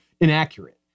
inaccurate